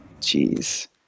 Jeez